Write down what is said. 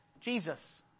Jesus